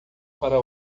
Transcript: para